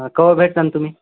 हां केव्हा भेटता तुम्ही